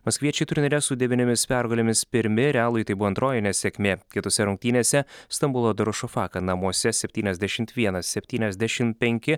maskviečiai turnyre su devyniomis pergalėmis pirmi realui tai buvo antroji nesėkmė kitose rungtynėse stambulo dorošofaka namuose septyniasdešimt vienas septyniasdešimt penk